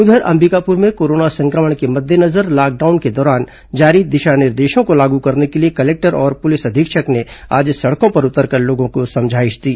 उधर अंबिकापुर में कोरोना संक्रमण के मद्देनजर लॉकडाउन के दौरान जारी दिशा निर्देशों को लागू करने के लिए कलेक्टर और पुलिस अधीक्षक ने आज सड़कों पर उतरकर लोगों को समझाइश दी